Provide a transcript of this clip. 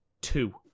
two